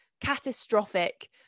catastrophic